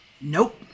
Nope